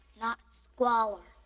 not squalor.